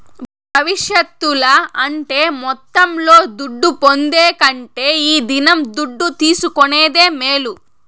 భవిష్యత్తుల అంటే మొత్తంలో దుడ్డు పొందే కంటే ఈ దినం దుడ్డు తీసుకునేదే మేలు